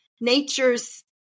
nature's